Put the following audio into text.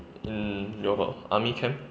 mm you all got army camp